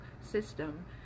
system